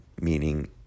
meaning